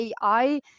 AI